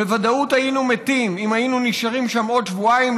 בוודאות היינו מתים אם היינו נשארים שם עוד שבועיים,